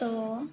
ତ